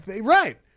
right